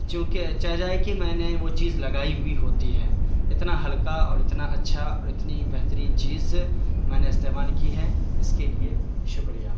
چوں کہ چہ جائیکہ میں نے وہ چیز لگائی ہوئی ہوتی ہے اتنا ہلکا اور اتنا اچھا اور اتنی بہترین چیز میں نے استعمال کی ہے اس کے لیے شکریہ